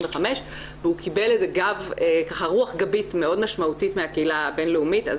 והוא קיבל רוח גבית מאוד משמעותית מהקהילה הבין לאומית אז